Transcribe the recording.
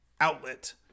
outlet